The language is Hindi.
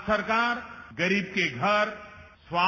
आज सरकार गरीब के घर स्वा